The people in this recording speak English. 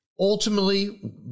Ultimately